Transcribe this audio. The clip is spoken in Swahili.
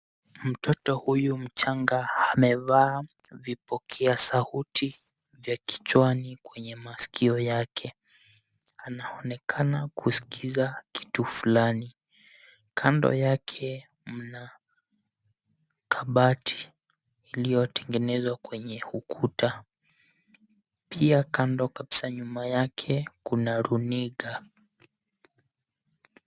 Mtoto huyu mchanga amevaa vipokea sauti vya kichwaani kwenye masikio yake. Anaonekana kusikiza kitu fulani. Kando yake mna kabati iliyotengenezwa kwenye ukuta. Pia kando kabisa nyuma yake, kuna runinga.